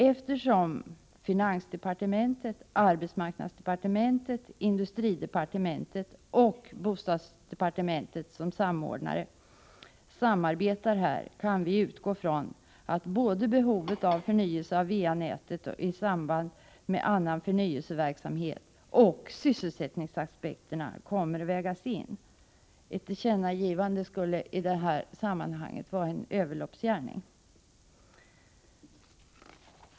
Eftersom finansdepartementet, arbetsmarknadsdepartementet och industridepartementet, med bostadsdepartementet som samordnare, samarbetar på detta område, kan vi utgå från att både behovet av förnyelse av va-nätet i samband med annan förnyelseverksamhet och sysselsättnings aspekterna kommer att vägas in. Ett tillkännagivande skulle i detta sammanhang vara en överloppsgärning.